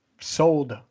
sold